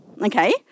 okay